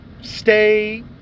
stay